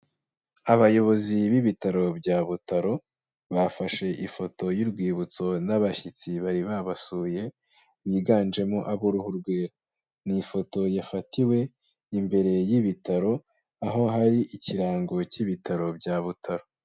Abayobozi b'ibitaro bya Butaro, bafashe ifoto y'urwibutso n'abashyitsi bari babasuye, biganjemo ab'uruhu rwera, ni ifoto yafatiwe imbere y'ibitaro aho hari ikirango cy'ibitaro bya Butaro.